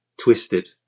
twisted